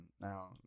now